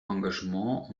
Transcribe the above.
engagement